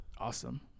Awesome